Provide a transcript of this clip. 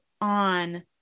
on